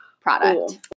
product